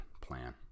plan